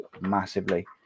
massively